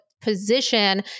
Position